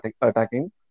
attacking